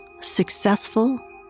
successful